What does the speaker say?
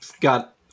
got –